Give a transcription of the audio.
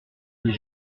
les